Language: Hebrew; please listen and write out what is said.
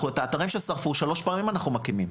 את האתרים ששרפו, שלוש פעמים אנחנו מקימים,